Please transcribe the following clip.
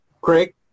Craig